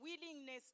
willingness